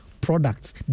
products